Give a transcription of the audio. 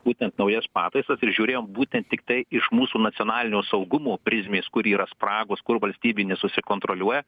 būtent naujas pataisas ir žiūrėjom būtent tiktai iš mūsų nacionalinio saugumo prizmės kur yra spragos kur valstybė nesusikontroliuoja